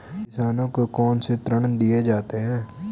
किसानों को कौन से ऋण दिए जाते हैं?